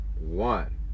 one